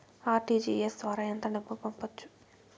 RTGS ద్వారా ఎంత డబ్బు పంపొచ్చు?